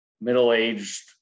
middle-aged